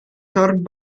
served